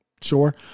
Sure